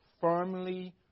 firmly